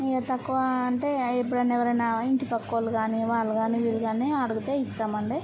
ఇక తక్కువ అంటే ఎప్పుడైనా ఎవరైనా ఇంటిపక్కోళ్లు కానీ వాళ్ళు కానీ వీళ్ళు కానీ అడిగితే ఇస్తామండీ